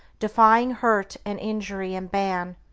defying hurt and injury and ban,